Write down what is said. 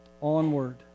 onward